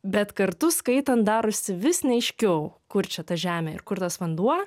bet kartu skaitant darosi vis neaiškiau kur čia ta žemė ir kur tas vanduo